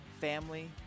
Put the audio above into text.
family